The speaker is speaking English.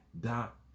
dot